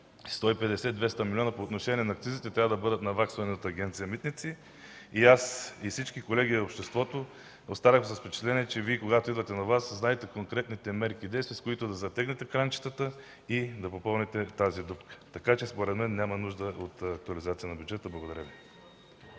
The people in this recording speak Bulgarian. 150-200 млн. лв. по отношение на акцизите трябва да бъдат наваксани от Агенция „Митници”. Аз и всички колеги в обществото останахме с впечатление, че когато идвате на власт, знаете конкретните мерки и действия, с които да затегнете кранчетата и да запълните тази дупка. Заради това според мен няма нужда от актуализация на бюджета. Благодаря Ви.